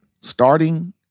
starting